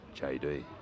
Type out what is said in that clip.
JD